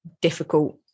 difficult